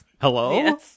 hello